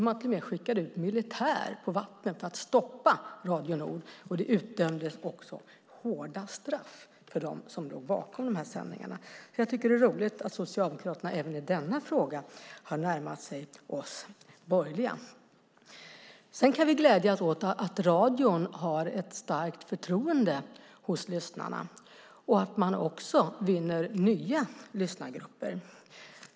Man skickade till och med ut militär på vattnet för att stoppa Radio Nord. Det utdömdes också hårda straff för dem som låg bakom de här sändningarna. Jag tycker att det är roligt att Socialdemokraterna även i denna fråga har närmat sig oss borgerliga. Sedan kan vi glädjas åt att radion har ett starkt förtroende hos lyssnarna och att man också vinner nya lyssnargrupper.